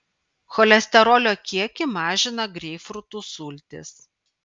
cholesterolio kiekį mažina greipfrutų sultys